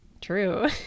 True